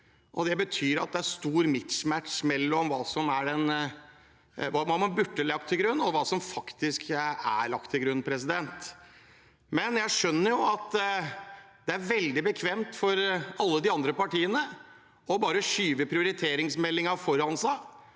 Det betyr at det er stor «mismatch» mellom hva man burde ha lagt til grunn, og hva som faktisk er lagt til grunn. Jeg skjønner at det er veldig bekvemt for alle de andre partiene bare å skyve prioriteringsmeldingen foran seg.